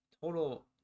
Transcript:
total